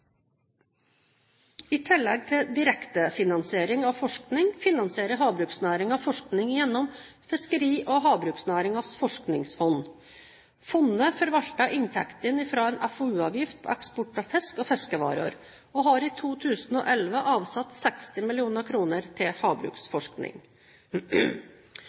I tillegg til direktefinansiering av forskning finansierer havbruksnæringen forskning gjennom Fiskeri- og havbruksnæringens forskningsfond. Fondet forvalter inntektene fra en FoU-avgift på eksport av fisk og fiskevarer og har i 2011 avsatt 60 mill. kr til